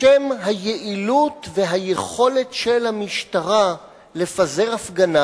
בשם היעילות והיכולת של המשטרה לפזר הפגנה